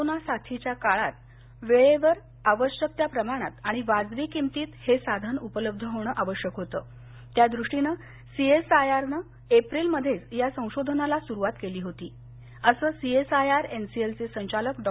corona साथीच्या काळात वेळेवर आवश्यक त्या प्रमाणात आणि वाजवी किमतीत हे साधन उपलब्ध होण आवश्यक होत त्या द्रष्टीनं सी एस आय आर नं एप्रिलमध्येचा या संशोधनाला सुरवात केली होती अस सी एस आय आर एनसीएलचे संचालक डॉ